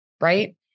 right